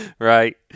right